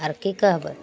आर की कहबै